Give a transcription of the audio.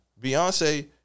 Beyonce